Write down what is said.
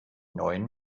neuen